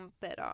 better